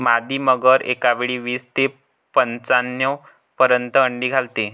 मादी मगर एकावेळी वीस ते पंच्याण्णव पर्यंत अंडी घालते